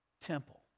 temple